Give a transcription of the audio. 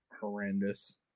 horrendous